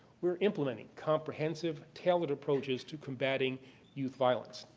we're implementing comprehensive tailored approaches to combating youth violence.